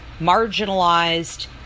marginalized